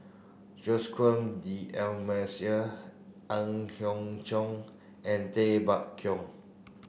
Joaquim Ang Hiong Chiok and Tay Bak Koi